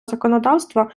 законодавства